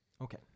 Okay